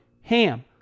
HAM